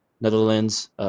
Netherlands